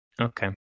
Okay